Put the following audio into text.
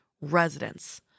Residents